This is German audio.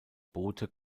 boote